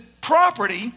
property